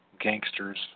Gangsters